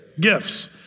Gifts